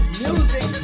music